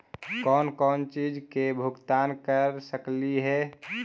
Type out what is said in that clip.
कौन कौन चिज के भुगतान कर सकली हे?